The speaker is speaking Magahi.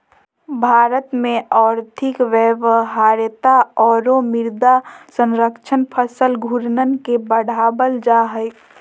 भारत में और्थिक व्यवहार्यता औरो मृदा संरक्षण फसल घूर्णन के बढ़ाबल जा हइ